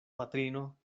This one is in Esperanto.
patrino